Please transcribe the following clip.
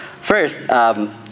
First